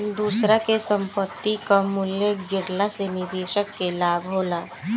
दूसरा के संपत्ति कअ मूल्य गिरला से निवेशक के लाभ होला